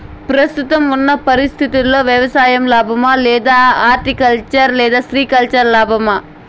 ప్రస్తుతం ఉన్న పరిస్థితుల్లో వ్యవసాయం లాభమా? లేదా హార్టికల్చర్, సెరికల్చర్ లాభమా?